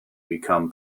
become